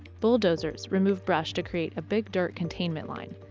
bulldozers remove brush to create a big dirt containment line.